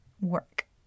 work